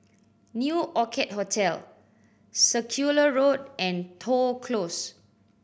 New Orchid Hotel Circular Road and Toh Close